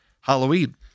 Halloween